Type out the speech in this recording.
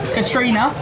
Katrina